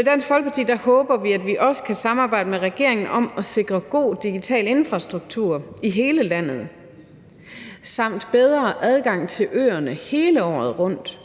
I Dansk Folkeparti håber vi, at vi også kan samarbejde med regeringen om at sikre god digital infrastruktur i hele landet samt bedre adgang til øerne hele året rundt,